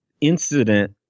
incident